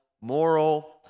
moral